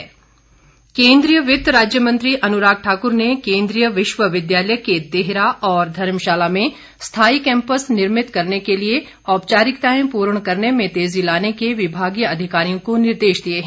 अनुराग ठाकुर केन्द्रीय वित्त राज्य मंत्री अनुराग ठाकुर ने केंद्रीय विश्वविद्यालय के देहरा और धर्मशाला में स्थाई कैंपस निर्मित करने के लिए औपचारिकताएं पूर्ण करने में तेजी लाने के विभागीय अधिकारियों को निर्देश दिए हैं